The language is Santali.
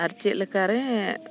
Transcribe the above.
ᱟᱨ ᱪᱮᱫ ᱞᱮᱠᱟᱨᱮ